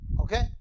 Okay